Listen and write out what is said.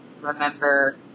remember